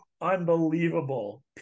Unbelievable